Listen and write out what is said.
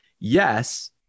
yes